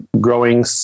growing